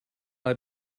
have